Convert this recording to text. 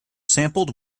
sampled